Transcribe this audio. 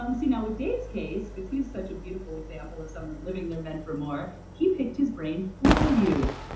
um see now with dave's case, because he's such a beautiful example of someone living there meant for more, he picked his brain for you,